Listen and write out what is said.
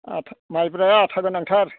आथा माइब्राया आथा गोनांथार